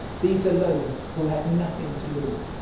these alone, who had nothing to lose,